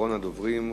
ואחרון הדוברים,